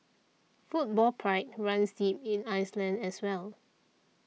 football pride runs deep in Iceland as well